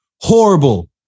horrible